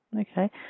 Okay